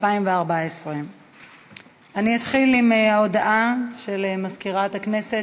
2014. אני אתחיל עם ההודעה של מזכירת הכנסת.